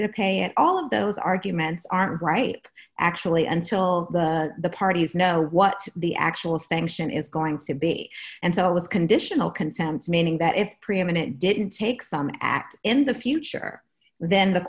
to pay and all of those arguments are not right actually until the parties know what the actual sanction is going to be and so it was conditional consent meaning that if preeminent didn't take some act in the future then the